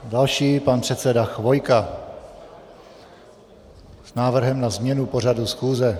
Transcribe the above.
Další je pan předseda Chvojka s návrhem na změnu pořadu schůze.